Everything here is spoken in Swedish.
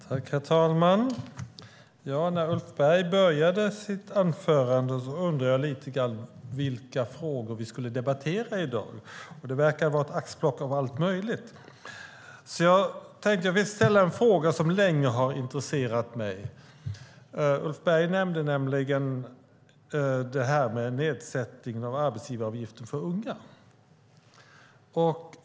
Herr talman! När Ulf Berg började sitt anförande undrade jag lite grann vilka frågor vi skulle debattera i dag. Det verkar vara ett axplock av allt möjligt. Jag vill ställa en fråga om något som länge har intresserat mig. Ulf Berg nämnde nedsättningen av arbetsgivaravgiften för unga.